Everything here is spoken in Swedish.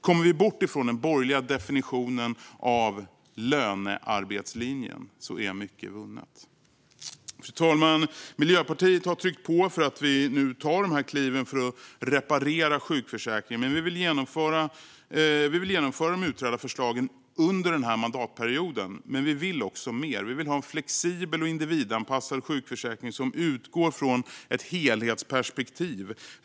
Kommer vi bort från den borgerliga definitionen av lönearbetslinjen är mycket vunnet. Fru talman! Miljöpartiet har tryckt på för att vi nu tar de här kliven för att reparera sjukförsäkringen. Vi vill genomföra de utredda förslagen under den här mandatperioden. Men vi vill också mer. Vi vill ha en flexibel och individanpassad sjukförsäkring som utgår från ett helhetsperspektiv.